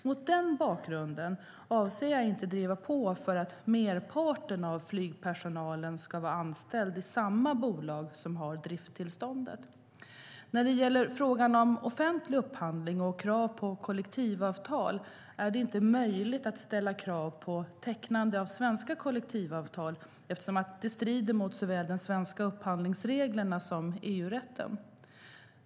Mot den bakgrunden avser jag inte att driva på för att merparten av flygpersonalen ska vara anställd i samma bolag som har drifttillståndet. När det gäller frågan om offentlig upphandling och krav på kollektivavtal är det inte möjligt att ställa krav på tecknande av svenska kollektivavtal eftersom det strider mot såväl de svenska upphandlingsreglerna som EU-rätten.